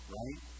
right